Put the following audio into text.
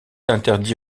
interdit